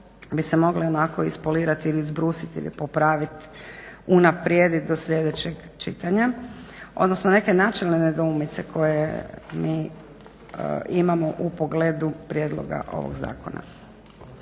bi se mogle onako ispolirati ili izbrusiti ili popraviti, unaprijedit do sljedećeg čitanja, odnosno neke načelne nedoumice koje mi imamo u pogledu prijedloga ovog zakona.